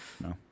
no